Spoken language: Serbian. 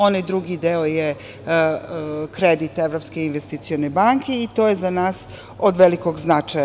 Onaj drugi deo je kredit Evropske investicione banke i to je za nas od velikog značaja.